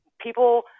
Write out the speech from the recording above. people